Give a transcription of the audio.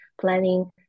planning